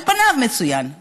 על פניו, מצוין.